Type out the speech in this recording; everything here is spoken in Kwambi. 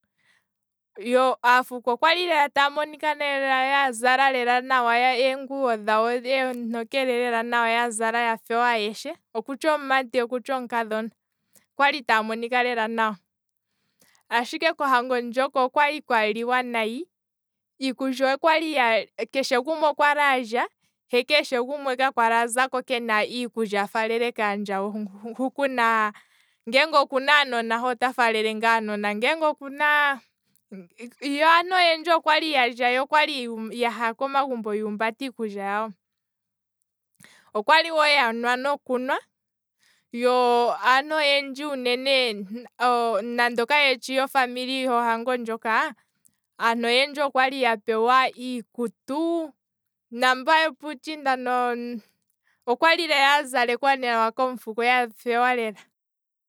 Yo aafuko okwali taya monika lela nawa lela eenguwo dhawo eentokele yazala nawa lela yoopala ayeshe, okutya omumati okutya omukadhona okwali taya monika lela nawa, ashike kohango ndjoka okwali kwa liwa nayi, keshe gumwe okwali alya, he keshe gumwe ka kwali azako kena iikulya afaalele kaandjawo hu kuna, ngeenge okuna aanona ota faalele ngaa anona, hwiya aantu oyendji okwali yalya yaha komagumbo yuumbata iikulya yawo, okwali wo yanwa nokunwa, yo aantu oyendji uunene nande kayeshi yofamily ho hango ndjoka, aantu oyendji okwali ya pewa iikutu, naamba yopuutshinda, no- okwali lela ya zalekwa nawa komufuko yoopala lela.